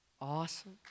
Awesome